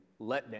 letdown